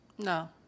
No